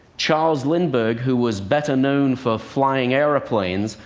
charles lindbergh, who was better known for flying airplanes,